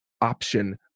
option